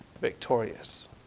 victorious